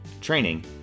training